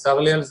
צר לי על זה,